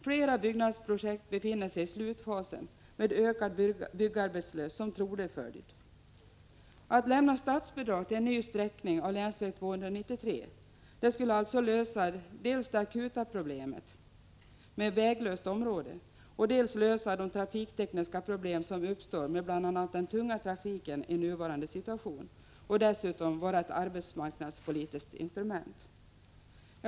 Flera byggnadsprojekt befinner sig i slutfasen med ökad byggarbetslöshet som trolig följd. Att lämna statsbidrag till en ny sträckning av länsväg 293 skulle alltså dels lösa det akuta problemet med väglöst område, dels lösa de trafiktekniska problem som uppstår med bl.a. den tunga trafiken i nuvarande situation och dessutom vara ett arbetsmarknadspolitiskt instrument.